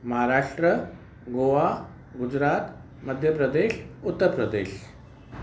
Maharashtra Goa Gujarat Madhya Pradesh Uttar Pradesh